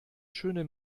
schöne